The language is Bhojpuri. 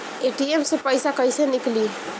ए.टी.एम से पइसा कइसे निकली?